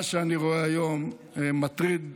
מה שאני רואה היום מטריד מאוד,